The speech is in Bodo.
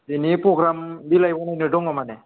बेनि प्रग्राम बिलाइ बानायनो दङ माने